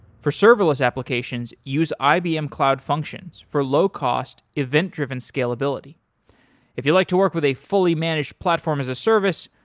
for serverless applications, use ibm cloud functions for low cost, event-driven scalability if you like to work with a fully managed platform as a service,